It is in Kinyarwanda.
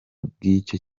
bw’icyo